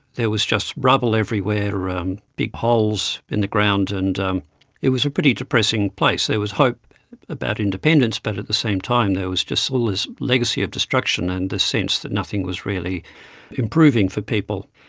there was just rubble everywhere, um big holes in the ground, and it was a pretty depressing place. there was hope about independence, but at the same time there was just all this legacy of destruction and the sense that nothing was really improving for people,